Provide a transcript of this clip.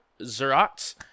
Zerat